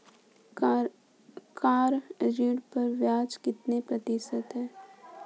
Car ऋण पर ब्याज कितने प्रतिशत है?